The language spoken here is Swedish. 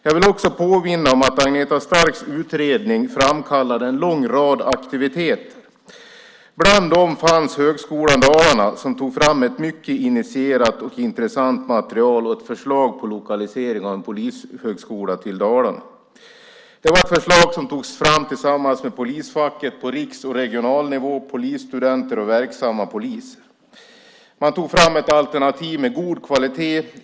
Jag vill också påminna om att Agneta Starks utredning framkallade en lång rad aktiviteter. Bland annat tog Högskolan Dalarna fram ett mycket initierat och intressant material om ett förslag på lokalisering av en polishögskola till Dalarna. Det var ett förslag som togs fram tillsammans med polisfacket på riks och regionalnivå, polisstudenter och verksamma poliser. Man tog fram ett alternativ med god kvalitet.